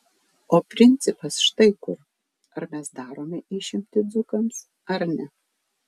o principas štai kur ar mes darome išimtį dzūkams ar ne